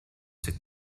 the